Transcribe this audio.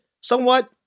somewhat